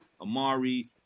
Amari